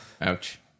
Ouch